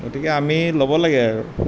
গতিকে আমি ল'ব লাগে আৰু